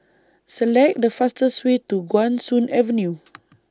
Select The fastest Way to Guan Soon Avenue